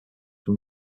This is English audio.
from